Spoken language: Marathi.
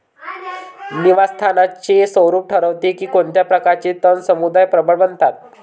निवास स्थानाचे स्वरूप ठरवते की कोणत्या प्रकारचे तण समुदाय प्रबळ बनतात